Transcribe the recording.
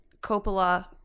Coppola